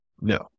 No